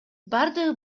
бардыгы